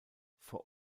vor